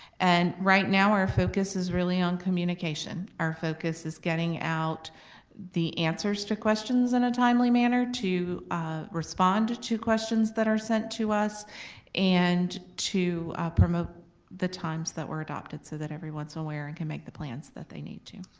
and right now our focus is really on communication. our focus is getting out the answers to questions in a timely manner, to ah respond to questions that are sent to us and to promote the times that were adopted so that everyone's aware and can make the plans that they need to.